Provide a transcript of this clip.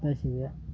ವ್ಯತ್ಯಾಸ ಇದೆ